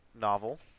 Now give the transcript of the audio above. novel